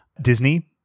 Disney